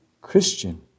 Christian